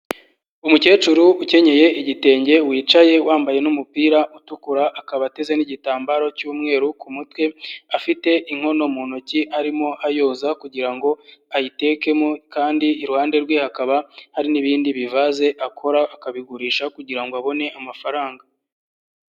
Umukecuru ukenyeye igitenge wicaye wambaye n'umupira utukura akaba ateze n'igitambaro cy'umweru ku mutwe, afite inkono mu ntoki arimo ayoza kugira ngo ayitekemo kandi iruhande rwe hakaba hari n'ibindi bivaze akora akabigurisha kugira ngo abone amafaranga.